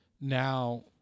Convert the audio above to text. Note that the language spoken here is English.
now